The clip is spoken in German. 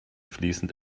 fließend